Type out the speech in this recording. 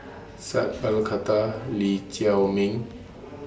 Sat Pal Khattar Lee Chiaw Ming